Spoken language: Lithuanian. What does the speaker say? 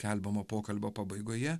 skelbiamo pokalbio pabaigoje